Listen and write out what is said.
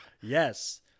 Yes